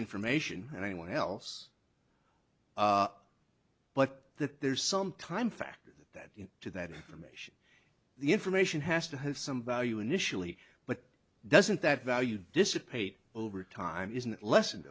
information and anyone else but that there's some time factor that in to that information the information has to have some value initially but doesn't that value dissipate over time isn't lessen